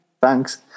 Thanks